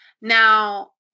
Now